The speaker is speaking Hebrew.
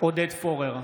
עודד פורר,